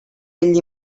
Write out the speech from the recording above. ell